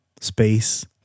space